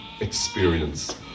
experience